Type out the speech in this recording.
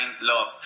love